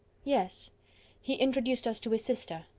yes he introduced us to his sister.